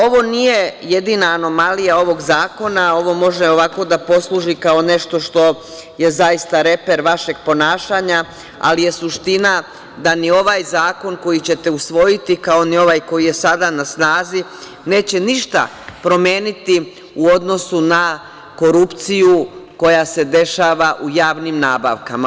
Ovo nije jedina anomalija ovog zakona, ovo može ovako da posluži kao nešto što je zaista reper vašeg ponašanja, ali je suština da ni ovaj zakon koji ćete usvojiti, kao ni ovaj koji je sada na snazi neće ništa promeniti u odnosu na korupciju koja se dešava u javnim nabavkama.